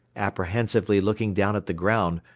apprehensively looking down at the ground,